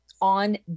on